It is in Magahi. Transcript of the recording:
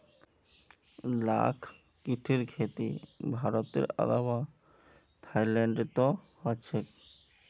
लाख कीटेर खेती भारतेर अलावा थाईलैंडतो ह छेक